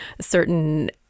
certain